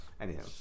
Anyhow